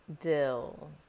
Dill